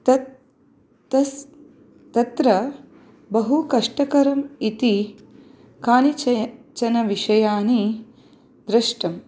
तत् तस् तत्र बहु कष्टकरम् इति कानिचन विषयानि दृष्टम्